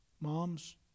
moms